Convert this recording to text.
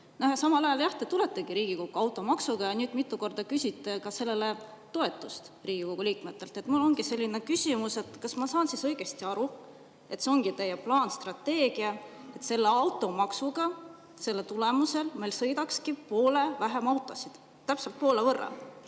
Samal ajal te tulete Riigikokku automaksuga ja mitu korda olete küsinud sellele toetust ka Riigikogu liikmetelt. Mul ongi selline küsimus: kas ma saan õigesti aru, et see ongi teie plaan ja strateegia selle automaksuga, et selle tulemusel meil sõidakski poole vähem autosid, täpselt poole võrra